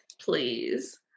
please